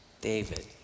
David